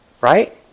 Right